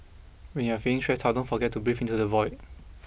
when you are feeling stressed out don't forget to breathe into the void